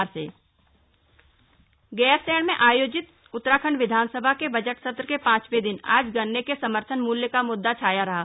budget सत् गैरसैंण में आयोजित उत्तराखंड विधानसभा के बजट सत्र के पांचवें दिन आज गन्ने के समर्थन मूल्य का मुद्दा छाया रहा